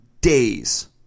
days